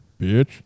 Bitch